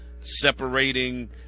Separating